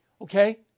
Okay